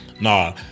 Nah